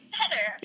better